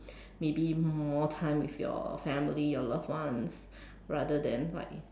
maybe more time with your family or loved ones rather than like